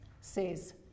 says